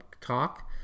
talk